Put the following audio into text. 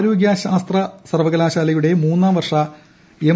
ആരോഗൃ ശാസ്ത്ര സർവകലാശാലയുടെ മൂന്നാംവർഷ എം